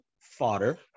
fodder